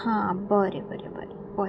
हा बरें बरें बरें बरें